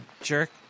jerk